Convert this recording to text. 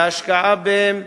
להשקעה בהן,